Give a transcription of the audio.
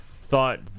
Thought